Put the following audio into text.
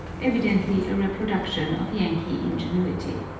evidently a reproduction of yankee ingenuity.